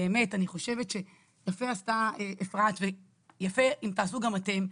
באמת אני חושבת שיפה עשתה אפרת ויפה אם תעשו גם אתם,